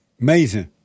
Amazing